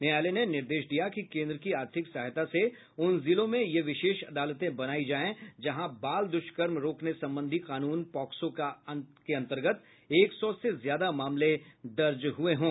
न्यायालय ने निर्देश दिया कि केन्द्र की आर्थिक सहायता से उन जिलों में ये विशेष अदालतें बनाई जाएं जहां बाल दुष्कर्म रोकने संबंधी कानून पॉक्सो के अन्तर्गत एक सौ से ज्यादा मामले दर्ज हुए हों